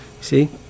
See